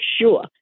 sure